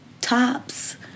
tops